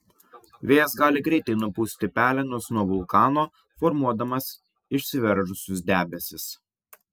vėjas gali greitai nupūsti pelenus nuo vulkano formuodamas išsiveržusius debesis